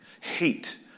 hate